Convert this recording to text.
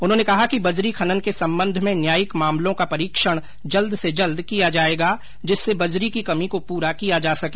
उन्होंने कहा कि बजरी खनन के सम्बन्ध में न्यायिक मामलों का परीक्षण जल्द से जल्द किया जायेगा जिससे बजरी की कमी को पूरा किया जा सके